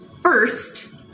first